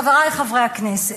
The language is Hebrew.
חברי חברי הכנסת,